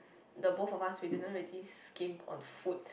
the both of us we didn't really skimp on food